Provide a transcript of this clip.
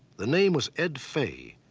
the name was ed fay.